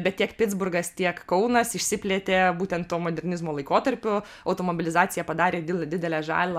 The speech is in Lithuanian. bet tiek pitsburgas tiek kaunas išsiplėtė būtent to modernizmo laikotarpiu automobilizacija padarė did didelę žalą